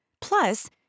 Plus